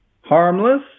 Harmless